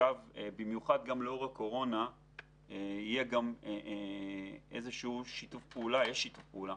במיוחד לאור הקורונה יהיה שיתוף פעולה